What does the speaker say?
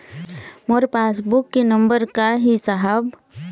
मोर passbook के number का ही साहब?